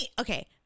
Okay